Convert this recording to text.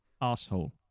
asshole